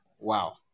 Wow